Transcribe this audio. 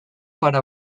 para